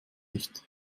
nicht